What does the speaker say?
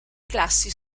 classi